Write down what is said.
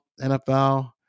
NFL